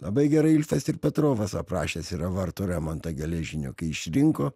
labai gerai ilfas ir petrovas aprašęs yra vartų remontą geležinių kai išrinko